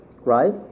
right